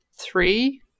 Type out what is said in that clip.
Three